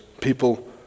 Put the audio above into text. People